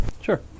Sure